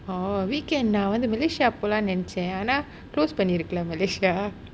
oh weekend நான் வந்து:naan vanthu malaysia போகலாம்னு நினைச்சன் ஆனா:pokalaamnu ninaichaen aanaa close பண்ணி இருக்கு:panni irukku lah malaysia